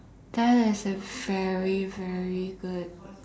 that is a very very good